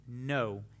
no